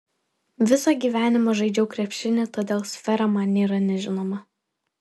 visą gyvenimą žaidžiau krepšinį todėl sfera man nėra nežinoma